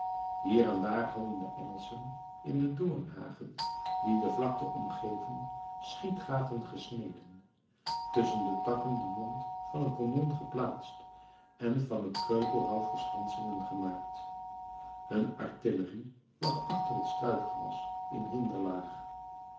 hier en daar hadden de engelschen in de doornhagen die de vlakte omgeven schietgaten gesneden tusschen de takken den mond van een kanon geplaatst en van het kreupelhout verschansingen gemaakt hun artillerie lag achter het struikgewas in